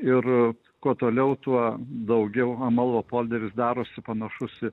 ir kuo toliau tuo daugiau amalvo polderis darosi panašus į